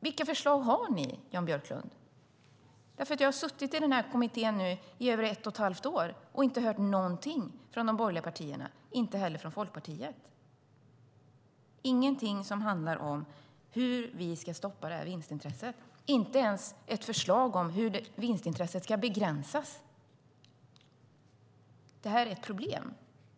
vilka förslag har ni, Jan Björklund? Jag har nu suttit i den här kommittén i över ett och ett halvt år och inte hört någonting från de borgerliga partierna, inte heller från Folkpartiet. Vi har inte hört någonting som handlar om hur vi ska stoppa vinstintresset, inte ens ett förslag om hur vinstintresset ska begränsas. Det här är ett problem.